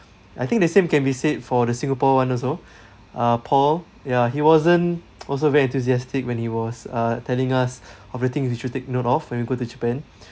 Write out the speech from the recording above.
I think the same can be said for the singapore [one] also uh paul ya he wasn't also very enthusiastic when he was uh telling us of the things we should take note of when we go to japan